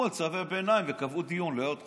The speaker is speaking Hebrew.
על צווי ביניים וקבעו דיון לעוד חודש.